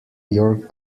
your